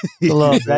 Hello